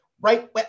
right